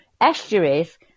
Estuaries